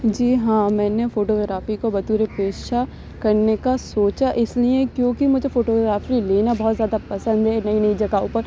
جی ہاں میں نے فوٹوگرافی کو بطور پیشہ کرنے کا سوچا اس لیے کیونکہ مجھے فوٹوگرافی لینا بہت زیادہ پسند ہے نئی نئی جگہوں پر